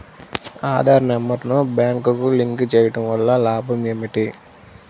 Aadhaar number బ్యాంక్నకు link చేయుటవల్ల లాభం ఏమిటి?